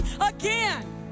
again